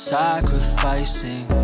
sacrificing